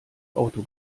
auto